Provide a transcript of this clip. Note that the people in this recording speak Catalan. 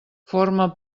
forma